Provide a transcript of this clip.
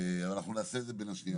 אנחנו נעשה את זה ונשלים.